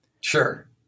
Sure